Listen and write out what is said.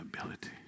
ability